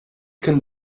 can